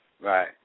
Right